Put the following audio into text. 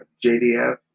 JDF